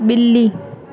बिल्ली